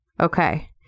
Okay